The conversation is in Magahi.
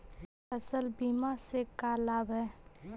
फसल बीमा से का लाभ है?